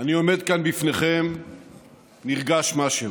אני עומד כאן לפניכם נרגש משהו.